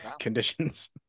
Conditions